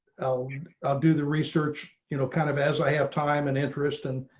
i'll do the research, you know, kind of, as i have time and interest and,